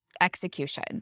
execution